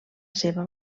seva